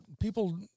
People